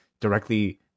directly